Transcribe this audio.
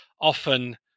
often